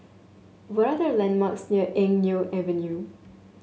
what are the landmarks near Eng Neo Avenue